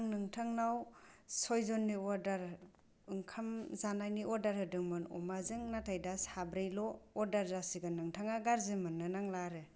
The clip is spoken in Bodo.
आं नोंथांनाव सयजननि अर्दार ओंखाम जानायनि अर्दार होदोंमोन अमाजों नाथाय दा साब्रैल' अर्दार जासिगोन नोंथाङा गाज्रि मोननो नांला आरो